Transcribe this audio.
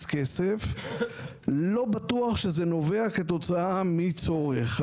כסף ולא בטוח שזה נובע כתוצאה מצורך.